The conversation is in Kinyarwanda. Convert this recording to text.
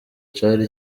cari